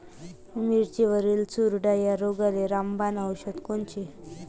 मिरचीवरील चुरडा या रोगाले रामबाण औषध कोनचे?